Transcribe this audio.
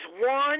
one